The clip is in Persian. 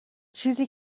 چیزی